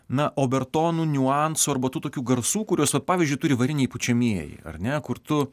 na obertonų niuansų arba tų tokių garsų kuriuosvat pavyzdžiui turi variniai pučiamieji ar ne kur tu